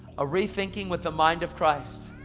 a rethinking with the mind of christ.